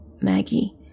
Maggie